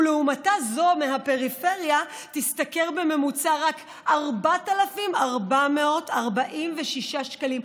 ולעומתה זו מהפריפריה תשתכר בממוצע רק 4,446 שקלים.